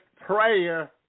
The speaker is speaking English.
prayer